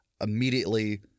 immediately